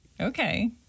Okay